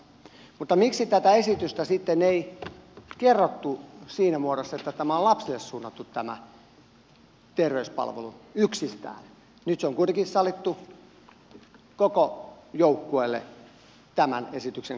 mutta miksi tätä esitystä sitten ei tehty siinä muodossa että nämä terveyspalvelut olisi suunnattu yksistään lapsille nyt ne on kuitenkin sallittu koko joukkueelle tämän esityksen kautta